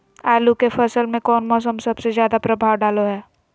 आलू के फसल में कौन मौसम सबसे ज्यादा प्रभाव डालो हय?